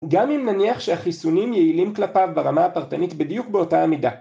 גם אם נניח שהחיסונים יעילים כלפיו ברמה הפרטנית בדיוק באותה המידה.